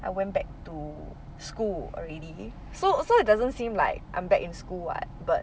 I went back to school already so so it doesn't seem like I'm back in school [what] but